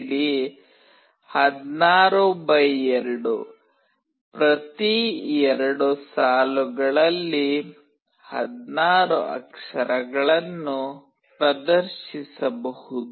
LCD16x2 ಪ್ರತಿ ಎರಡು ಸಾಲುಗಳಲ್ಲಿ 16 ಅಕ್ಷರಗಳನ್ನು ಪ್ರದರ್ಶಿಸಬಹುದು